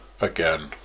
again